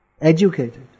educated